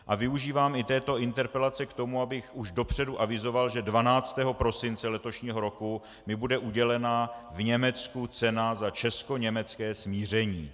A využívám i této interpelace k tomu, abych už dopředu avizoval, že 12. prosince letošního roku mi bude udělena v Německu cena za českoněmecké smíření.